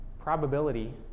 probability